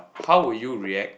how would you react